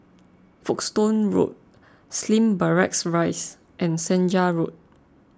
Folkestone Road Slim Barracks Rise and Senja Road